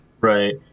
Right